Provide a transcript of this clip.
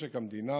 משק המדינה